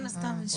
סתם אני שואלת.